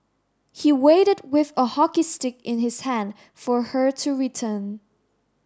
he waited with a hockey stick in his hand for her to return